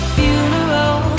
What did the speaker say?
funeral